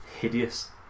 hideous